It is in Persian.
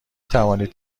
توانید